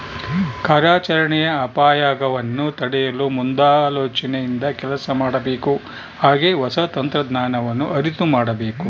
ಕಾರ್ಯಾಚರಣೆಯ ಅಪಾಯಗವನ್ನು ತಡೆಯಲು ಮುಂದಾಲೋಚನೆಯಿಂದ ಕೆಲಸ ಮಾಡಬೇಕು ಹಾಗೆ ಹೊಸ ತಂತ್ರಜ್ಞಾನವನ್ನು ಅರಿತು ಮಾಡಬೇಕು